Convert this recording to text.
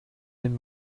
den